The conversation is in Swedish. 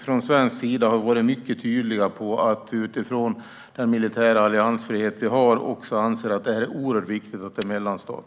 Från svensk sida har vi varit mycket tydliga med att vi, utifrån den militära alliansfrihet som vi har, anser att det är oerhört viktigt att det är mellanstatligt.